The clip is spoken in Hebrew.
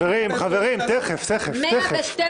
חברים, תכף, תכף.